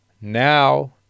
now